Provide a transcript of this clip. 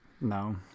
No